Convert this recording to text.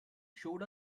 showed